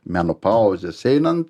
menopauzės einant